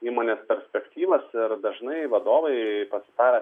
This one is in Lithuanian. įmonės perspektyvas ir dažnai vadovai pasitarę